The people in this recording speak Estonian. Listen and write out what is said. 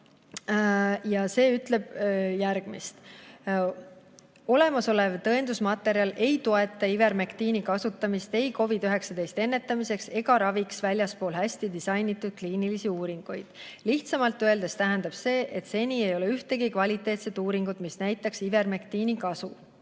Ta ütleb: "... olemasolev tõendusmaterjal ei toeta ivermektiini kasutamist ei COVID-19 ennetamiseks ega raviks väljaspool hästi disainitud kliinilisi uuringuid. Lihtsamalt öeldes tähendab see, et seni ei ole ühtegi kvaliteetset uuringut, mis näitaks ivermektiini kasu.